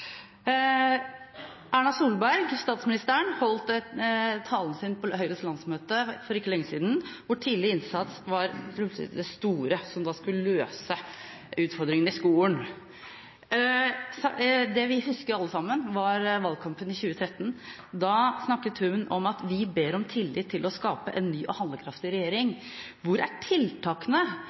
på Høyres landsmøte for ikke lenge siden var tidlig innsats det store som skulle løse utfordringene i skolen. Det vi husker alle sammen, var valgkampen i 2013. Da snakket hun om å be om tillit til å skape en ny og handlekraftig regjering. Hvor er tiltakene